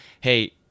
hey